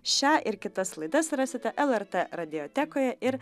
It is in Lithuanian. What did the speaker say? šią ir kitas laidas rasite lrt radiotekoje